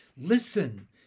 Listen